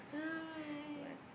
ah